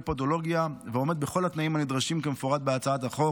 פודולוגיה ועומד בכל התנאים הנדרשים כמפורט בהצעת החוק,